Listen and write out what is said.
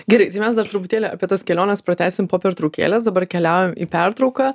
gerai tai mes dar truputėlį apie tas keliones pratęsim po pertraukėlės dabar keliaujam į pertrauką